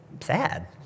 sad